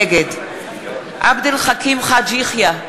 נגד עבד אל חכים חאג' יחיא,